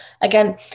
again